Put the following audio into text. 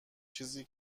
چیزای